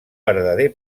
verdader